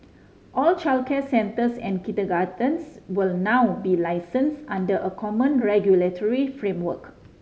all childcare centres and kindergartens will now be licensed under a common regulatory framework